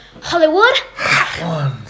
Hollywood